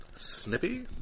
snippy